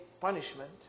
punishment